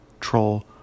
troll